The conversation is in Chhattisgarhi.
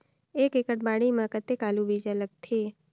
एक एकड़ बाड़ी मे कतेक आलू बीजा लगथे?